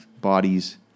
bodies